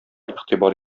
игътибар